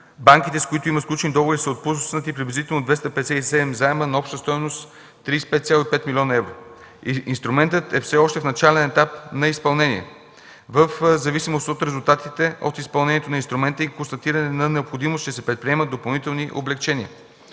банките, с които има сключени договори, са отпуснали приблизително 257 заема на обща стойност 35,5 млн. евро. Инструментът е все още в начален етап на изпълнение. В зависимост от резултатите от изпълнението на инструмента и констатиране на необходимост ще се предприемат допълнителни облекчения.